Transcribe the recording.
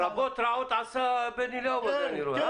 אני רואה שבן אליהו עשה רעות רבות.